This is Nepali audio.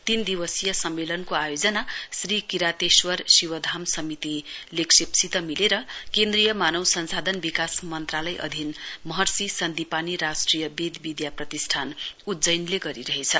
तीन दिवसीय सम्मेलनको आयोजना श्री किरातेश्वर शिवधाम समिति लेग्शेपसित मिलेर केन्द्रीय मानव संसाधन विकास मन्त्रालय अधीन महर्षि सन्दिपानी राष्ट्रिय वेद विधा प्रतिष्ठान उज्जैनले गरिरहेछ